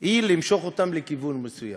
הוא למשוך אותם לכיוון מסוים,